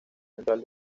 central